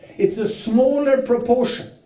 it's a smaller proportion.